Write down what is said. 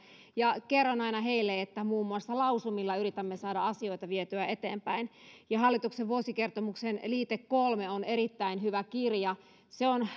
ja kerron aina heille että muun muassa lausumilla yritämme saada asioita vietyä eteenpäin hallituksen vuosikertomuksen liite kolme on erittäin hyvä kirja se on